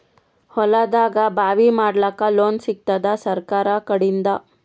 ಹೊಲದಾಗಬಾವಿ ಮಾಡಲಾಕ ಲೋನ್ ಸಿಗತ್ತಾದ ಸರ್ಕಾರಕಡಿಂದ?